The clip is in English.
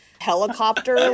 helicopter